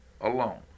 alone